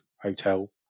hotel